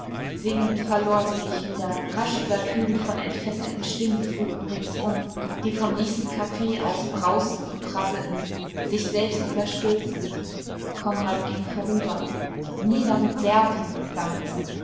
singend verlor sie sich wieder rasch übertönt von entfesselten stimmenfluten ringsum die vom nächsten caf aus brausten und prasselten sich selbst überstürzend konrad ging vorüber nieder mit serbien klang es